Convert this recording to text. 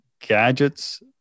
gadgets